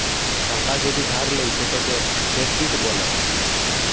টাকা যদি ধার লেয় সেটকে কেরডিট ব্যলে